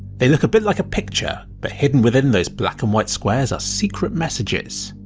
they look a bit like a picture, but hidden within those black and white squares are secret messages.